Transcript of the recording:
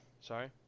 Sorry